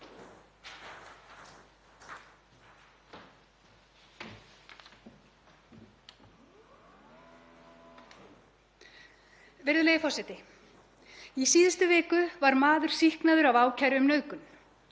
Virðulegi forseti. Í síðustu viku var maður sýknaður af ákæru um